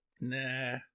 nah